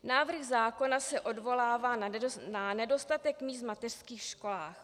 Návrh zákona se odvolává na nedostatek míst v mateřských školách.